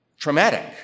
traumatic